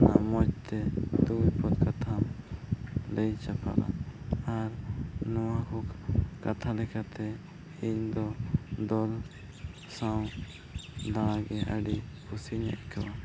ᱡᱟᱦᱟᱱᱟᱜ ᱢᱚᱡᱽᱛᱮ ᱫᱩᱠᱼᱵᱤᱯᱚᱫᱽ ᱠᱟᱛᱷᱟᱢ ᱞᱟᱹᱭ ᱥᱚᱫᱚᱨᱟ ᱟᱨ ᱱᱚᱣᱟ ᱠᱚ ᱠᱟᱛᱷᱟ ᱞᱮᱠᱟᱛᱮ ᱤᱧᱫᱚ ᱫᱚᱞ ᱥᱟᱶ ᱫᱟᱬᱟᱜᱮ ᱟᱹᱰᱤ ᱠᱩᱥᱤᱧ ᱟᱹᱭᱠᱟᱹᱣᱟ